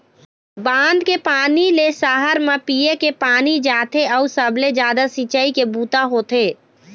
बांध के पानी ले सहर म पीए के पानी जाथे अउ सबले जादा सिंचई के बूता होथे